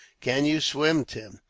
can you swim, tim?